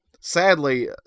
Sadly